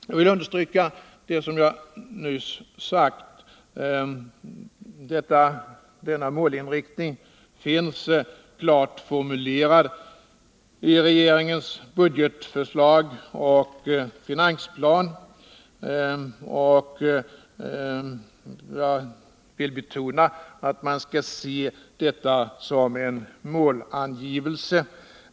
Jag vill understryka det som jag nyss sagt: Denna målinriktning finns klart formulerad i regeringens budgetförslag och finansplan. Jag vill betona att man skall se detta som en målangivelse.